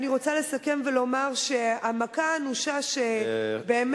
אני רוצה לסכם ולומר שהמכה האנושה שבאמת,